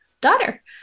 daughter